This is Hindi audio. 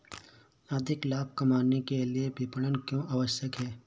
अधिक लाभ कमाने के लिए विपणन क्यो आवश्यक है?